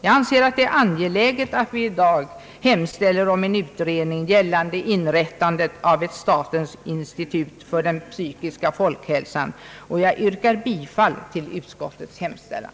Jag anser att det är angeläget att vi i dag hemställer om utredning gällande inrättande av ett statens institut för den psykiska folkhälsan, och jag yrkar bifall till utskottets hemställan.